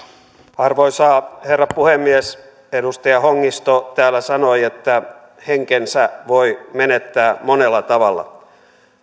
arvoisa herra puhemies edustaja hongisto täällä sanoi että henkensä voi menettää monella tavalla